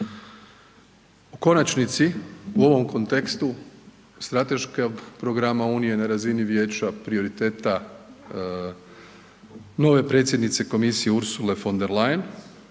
U konačnici, u ovom kontekstu strateškog programa Unije na razini vijeća prioriteta nove predsjednice komisije Ursule von der Leyen